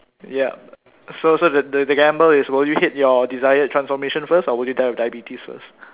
ya so so the the gamble is will you hit your desired transformation first or will you die of diabetes first